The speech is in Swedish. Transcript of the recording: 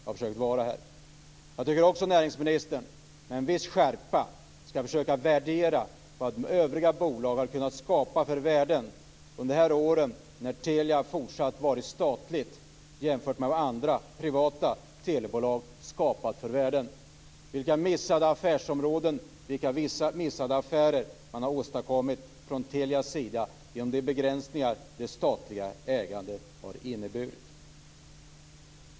Näringsministern borde också med viss skärpa försöka värdera vilka värden övriga, privata telebolag har kunnat skapa under de år då Telia fortsatt varit statligt. Vilka affärsområden och affärer har Telia missat genom de begränsningar det statliga ägandet har inneburit?